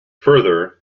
further